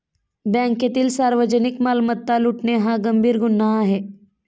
बँकेतील सार्वजनिक मालमत्ता लुटणे हा गंभीर गुन्हा आहे